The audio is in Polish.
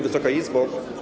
Wysoka Izbo!